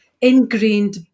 ingrained